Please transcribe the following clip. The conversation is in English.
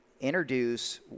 introduce